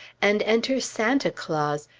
and enter santa claus,